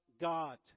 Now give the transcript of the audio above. God